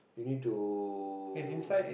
you need to